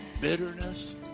bitterness